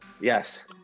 yes